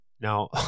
now